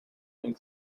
and